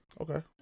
Okay